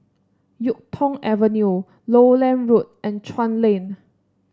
YuK Tong Avenue Lowland Road and Chuan Lane